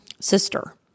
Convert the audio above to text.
Sister